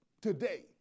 today